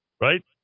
Right